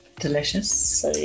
delicious